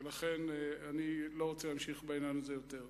ולכן אני לא רוצה להמשיך בעניין הזה יותר.